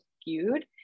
skewed